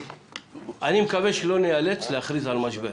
אני מקווה שלא נאלץ להכריז על משבר,